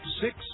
Six